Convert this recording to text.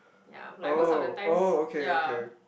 yeah like most of the times yeah